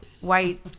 White